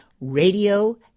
Radio